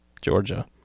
Georgia